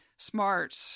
Smart